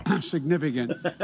significant